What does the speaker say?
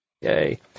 Yay